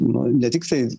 nu ne tik tai